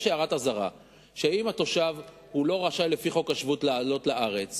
יש הערת אזהרה שאם התושב לא רשאי לפי חוק השבות לעלות לארץ,